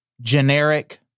generic